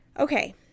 Okay